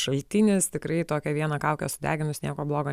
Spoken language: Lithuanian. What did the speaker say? šaltinis tikrai tokią vieną kaukę sudeginus nieko blogo